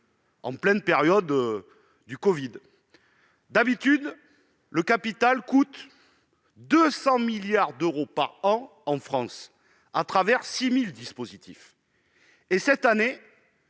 en pleine période de covid. D'habitude, le capital coûte 200 milliards d'euros par an en France, à travers 6 000 dispositifs. Cette année-